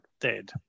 dead